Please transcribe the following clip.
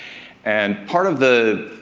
and part of the